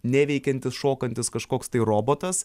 neveikiantis šokantis kažkoks tai robotas